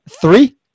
three